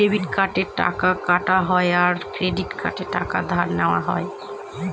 debit কার্ডে টাকা কাটা হয় আর ক্রেডিট কার্ডে টাকা ধার নেওয়া হয়